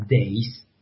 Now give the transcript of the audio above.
days